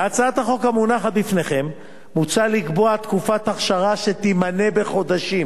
בהצעת החוק המונחת בפניכם מוצע לקבוע תקופת אכשרה שתימנה בחודשים